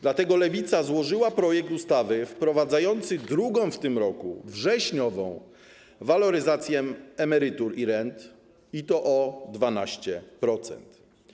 Dlatego Lewica złożyła projekt ustawy wprowadzający drugą w tym roku, wrześniową waloryzację emerytur i rent, i to o 12%.